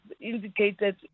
indicated